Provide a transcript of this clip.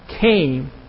came